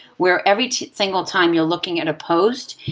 where every single time you're looking at a post,